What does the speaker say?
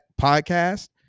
podcast